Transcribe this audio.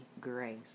grace